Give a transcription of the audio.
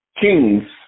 kings